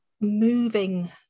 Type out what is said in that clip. moving